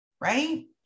right